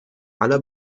aller